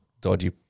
dodgy